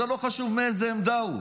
זה לא חשוב מאיזו עמדה הוא,